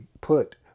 put